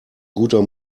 guter